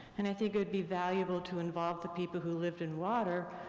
and i think it would be valuable to involve the people who lived in water,